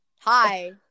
hi